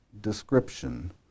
description